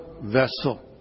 vessel